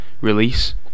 release